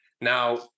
Now